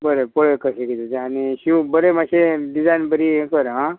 बरें पळय कशें किदें तें आनी शीव बरें मातशें डिजायन बरी हें कर आं